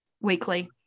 weekly